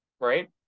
Right